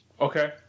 Okay